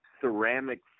ceramic